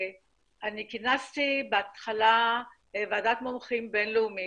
כינסתי בהתחלה ועדת מומחים בין-לאומית,